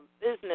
business